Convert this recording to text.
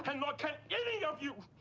and nor can any of you.